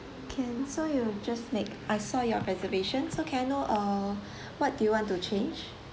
can so you just make I saw your reservations so can I know uh what do you want to change